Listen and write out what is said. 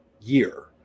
year